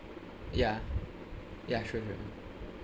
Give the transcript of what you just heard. ya ya sure sure